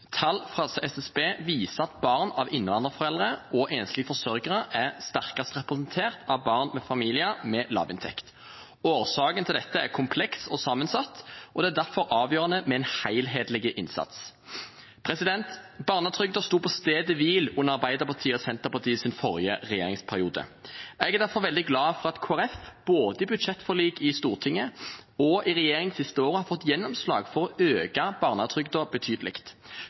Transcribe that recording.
lavinntekt. Årsaken til dette er kompleks og sammensatt, og det er derfor avgjørende med en helhetlig innsats. Barnetrygden sto på stedet hvil under Arbeiderpartiet og Senterpartiets forrige regjeringsperiode. Jeg er derfor veldig glad for at Kristelig Folkeparti, både i budsjettforlik i Stortinget og i regjering de siste årene, har fått gjennomslag for å øke barnetrygden betydelig